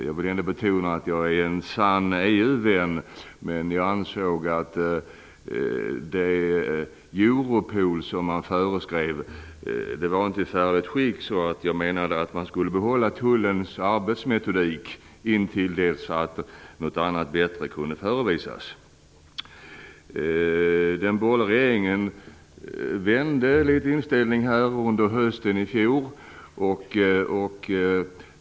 Jag vill ändå betona att jag är en sann EU-vän, men jag ansåg att den Europol som man föreskrev inte var i färdigt skick. Jag menade att man skulle behålla tullens arbetsmetodik intill dess att något annat bättre kunde förevisas. Den borgerliga regeringen ändrade inställning under hösten i fjor.